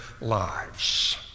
lives